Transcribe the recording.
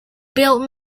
built